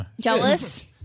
jealous